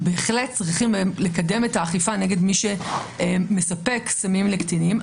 בהחלט צריכים לקדם את האכיפה נגד מי שמספק סמים לקטינים.